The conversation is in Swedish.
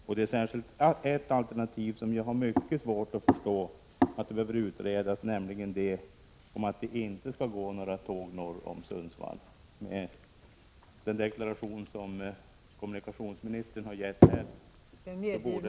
Särskilt i fråga om ett alternativ har jag mycket svårt att förstå att det behöver utredas, nämligen alternativet att det inte skall gå några tåg norr om Sundsvall. Den deklaration som kommunikationsministern har gett här ———